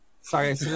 sorry